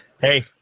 Hey